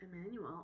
Emmanuel